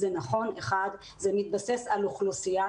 על האוכלוסייה,